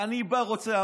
אני בא, רוצה.